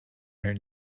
her